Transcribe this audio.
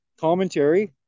commentary